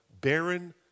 barren